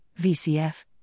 VCF